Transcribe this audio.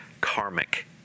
karmic